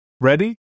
Ready